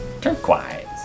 Turquoise